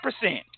percent